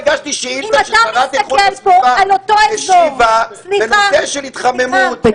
אם אתה מסתכל פה על אותו אזור --- אם רק השבוע הגשתי שאילתה